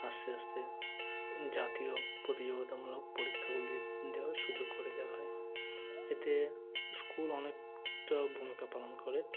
আস্তে আস্তে জাতীয় প্রতিযোগিতামূলক পরীক্ষাগুলি দেওয়ার সুযোগ করে দেওয়া হয় এতে স্কুল অনেকটা ভূমিকা পালন করে